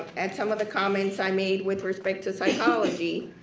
at some of the comments i made with respect to psychology,